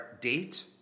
date